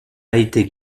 été